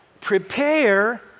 Prepare